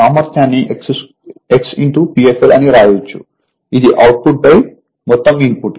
సామర్థ్యాన్ని x Pf l అని వ్రాయవచ్చు ఇది అవుట్పుట్ మొత్తం ఇన్పుట్